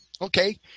okay